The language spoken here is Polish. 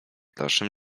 dalszym